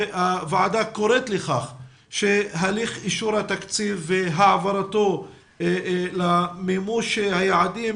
אבל הוועדה קוראת להליך אישור התקציב והעברתו למימוש היעדים